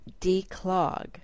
declog